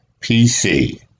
PC